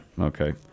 Okay